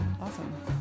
Awesome